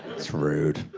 that's rude.